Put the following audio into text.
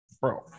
bro